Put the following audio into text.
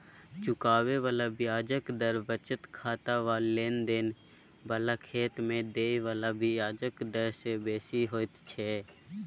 चुकाबे बला ब्याजक दर बचत खाता वा लेन देन बला खाता में देय बला ब्याजक डर से बेसी होइत छै